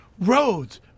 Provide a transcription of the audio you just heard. Roads